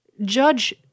judge –